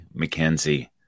McKenzie